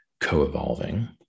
co-evolving